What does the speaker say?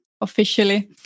officially